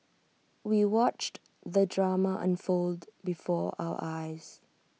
we watched the drama unfold before our eyes